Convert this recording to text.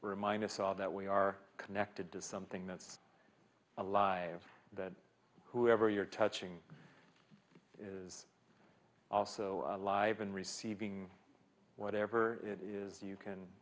remind us all that we are connected to something that's a lie that whoever you're touching is also live and receiving whatever it is you can